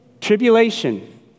Tribulation